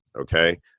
okay